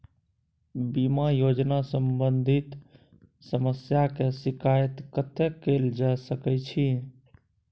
बीमा योजना सम्बंधित समस्या के शिकायत कत्ते कैल जा सकै छी?